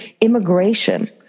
immigration